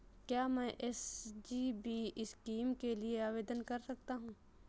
क्या मैं SGB scheme के लिए आवेदन कर सकता हूँ?